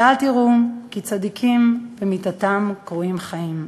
ואל תיראו, כי צדיקים במיתתם קרויים חיים.